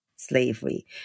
Slavery